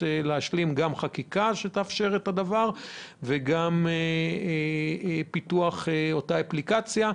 גם להשלמת חקיקה שתאפשר את הדבר וגם לפיתוח של אותה אפליקציה.